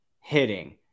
hitting